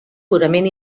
purament